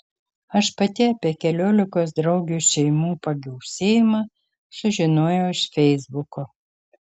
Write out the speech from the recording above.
aš pati apie keliolikos draugių šeimų pagausėjimą sužinojau iš feisbuko